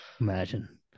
Imagine